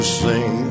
sing